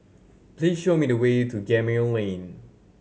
please show me the way to Gemmill Lane